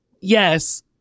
yes